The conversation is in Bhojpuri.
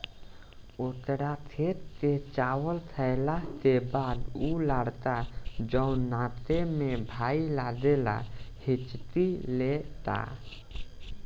ओकर खेत के चावल खैला के बाद उ लड़का जोन नाते में भाई लागेला हिच्की लेता